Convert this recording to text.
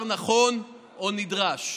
הן דבר נכון או נדרש.